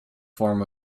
form